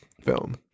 film